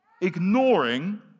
ignoring